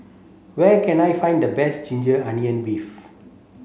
where can I find the best ginger onion beef